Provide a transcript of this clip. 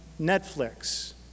Netflix